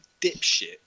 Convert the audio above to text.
dipshit